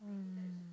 mm